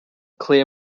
clear